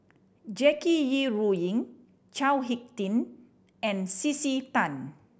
Jackie Yi Ru Ying Chao Hick Tin and C C Tan